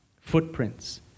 Footprints